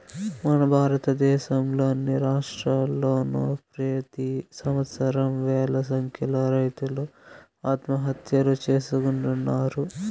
మన భారతదేశంలో అన్ని రాష్ట్రాల్లోనూ ప్రెతి సంవత్సరం వేల సంఖ్యలో రైతులు ఆత్మహత్యలు చేసుకుంటున్నారు